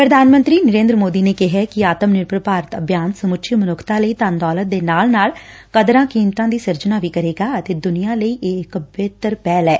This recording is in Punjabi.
ਪ੍ਰਧਾਨ ਮੰਤਰੀ ਨਰੇਂਦਰ ਮੋਦੀ ਨੇ ਕਿਹੈ ਕਿ ਆਤਮ ਨਿਰਭਰ ਭਾਰਤ ਅਭਿਆਨ ਸਮੁੱਚੀ ਮਨੁੱਖਤਾ ਲਈ ਧਨ ਦੌਲਤ ਦੇ ਨਾਲ ਨਾਲ ਕਦਰਾ ਕੀਮਤਾਂ ਦੀ ਸਿਰਜਣਾ ਵੀ ਕਰੇਗਾ ਅਤੇ ਦੁਨੀਆਂ ਲਈ ਇਹ ਇਕ ਬਿਹਤਰ ਪਹਿਲ ਐ